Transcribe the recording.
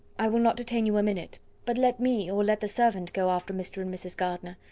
i will not detain you a minute but let me, or let the servant go after mr. and mrs. gardiner.